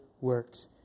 works